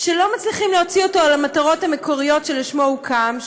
שלא מצליחים להוציא אותו על המטרות המקוריות שלשמן הוקם,